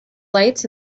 lights